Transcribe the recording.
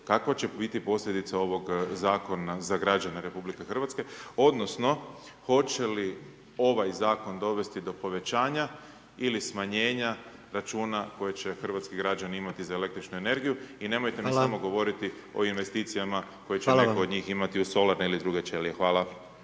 kakva će biti posljedica ovog zakona za građane RH odnosno hoće li ovaj zakon dovesti do povećanja ili smanjenja računa koje će hrvatski građani imati za električnu energiju i nemojte mi …/Upadica: Hvala./… samo govoriti o investicijama koje će …/Upadica: Hvala vam./… neko od njih imati u solarne ili druge ćelije. Hvala.